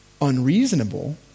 unreasonable